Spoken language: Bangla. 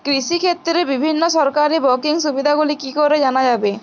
কৃষিক্ষেত্রে বিভিন্ন সরকারি ব্যকিং সুবিধাগুলি কি করে জানা যাবে?